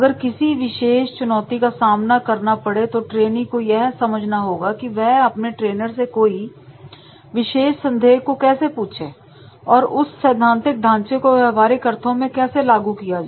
अगर किसी विशेष चुनौती का सामना करना पड़े तो ट्रेनी को यह समझना होगा कि वह अपने ट्रेनर से कोई विशेष संदेह को कैसे पूछें और उस सैद्धांतिक ढांचे को व्यवहारिक अर्थों में कैसे लागू किया जाए